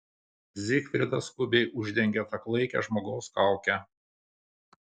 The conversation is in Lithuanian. zigfridas skubiai uždengė tą klaikią žmogaus kaukę